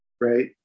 right